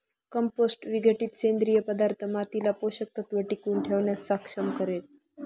compost विघटित सेंद्रिय पदार्थ मातीला पोषक तत्व टिकवून ठेवण्यास सक्षम करेल